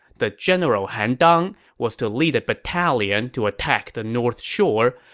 the general han dang was to lead a battalion to attack the north shore,